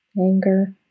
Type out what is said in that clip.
anger